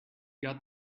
got